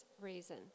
reason